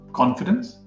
confidence